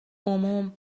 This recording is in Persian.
عموم